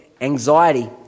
anxiety